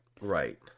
right